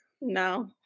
No